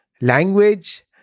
language